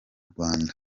rwanda